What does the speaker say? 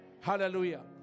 Hallelujah